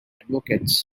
advocates